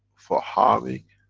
for harming,